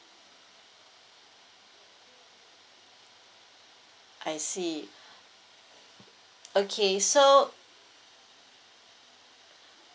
I see okay so